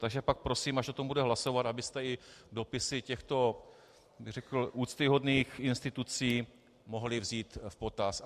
Takže pak prosím, až se o tom bude hlasovat, abyste i dopisy těchto, jak bych řekl, úctyhodných institucí mohli vzít v potaz.